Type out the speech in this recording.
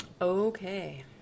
Okay